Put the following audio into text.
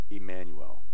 Emmanuel